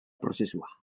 prozesua